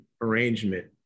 arrangement